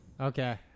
Okay